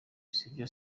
sibyo